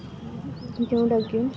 ଯେଉଁଟାକି